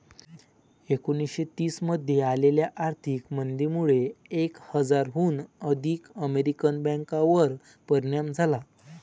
एकोणीसशे तीस मध्ये आलेल्या आर्थिक मंदीमुळे एक हजाराहून अधिक अमेरिकन बँकांवर परिणाम झाला